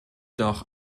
doch